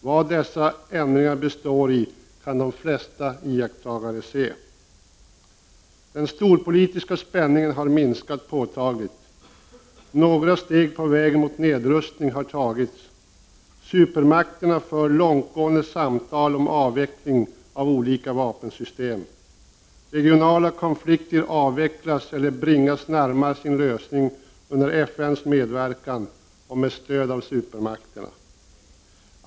Vad dessa ändringar består i kan de flesta iakttagare se. Den storpolitiska spänningen har minskat påtagligt. Några steg på vägen mot nedrustning har tagits. Supermakterna för långtgående samtal om avveckling av olika vapensystem. Regionala konflikter avvecklas eller bringas närmare sin lösning under FN:s medverkan och med stöd av supermakterna.